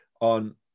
on